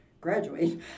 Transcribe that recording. graduate